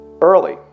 Early